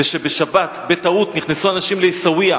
וכשבשבת בטעות נכנסו אנשים לעיסאוויה,